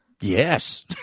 Yes